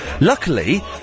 Luckily